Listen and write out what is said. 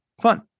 fun